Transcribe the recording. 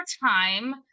time